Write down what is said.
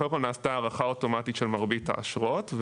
קודם כל נעשתה הארכה אוטומטית של מרבית האשרות.